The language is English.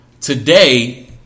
Today